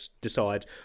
decide